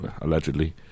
allegedly